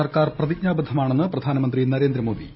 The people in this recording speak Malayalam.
സർക്കാർ പ്രതിജ്ഞാബദ്ധമാണെന്ന് പ്രധാനമന്ത്രി നരേന്ദ്രമോദി